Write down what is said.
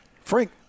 Frank